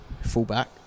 fullback